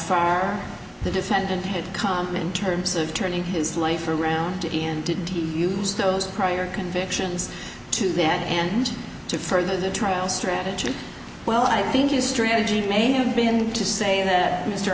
far the defendant had come in terms of turning his life around and didn't use those prior convictions to that and to further the trial strategy well i think his strategy may have been to say that mr